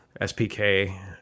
SPK